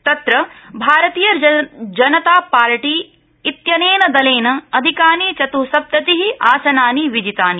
तत्र भारतीय जनता पार्टी इत्यनेन दलेन अधिकानि चत्सप्तति आसनानि विजितानि